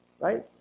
Right